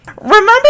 Remember